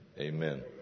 Amen